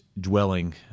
dwelling